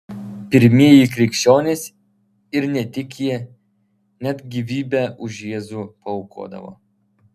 pirmieji krikščionys ir ne tik jie net gyvybę už jėzų paaukodavo